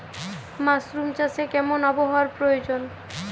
Mushroom চাষে কেমন আবহাওয়ার প্রয়োজন?